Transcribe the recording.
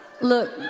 Look